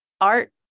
art